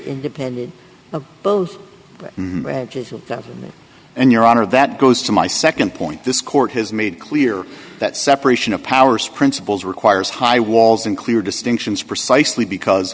independent of both government and your honor that goes to my nd point this court has made clear that separation of powers principles requires high walls and clear distinctions precisely because